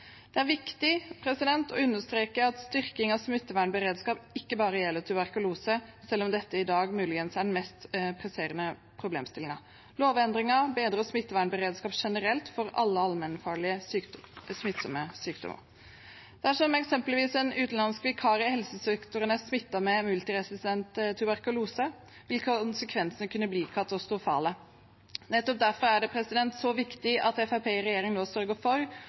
Det er viktig å understreke at styrking av smittevernberedskap ikke bare gjelder tuberkulose, selv om dette i dag muligens er den mest presserende problemstillingen. Lovendringen bedrer smittevernberedskap generelt for alle allmennfarlige smittsomme sykdommer. Dersom eksempelvis en utenlandsk vikar i helsesektoren er smittet med multiresistent tuberkulose, vil konsekvensene kunne bli katastrofale. Nettopp derfor er det så viktig at Fremskrittspartiet i regjering nå sørger for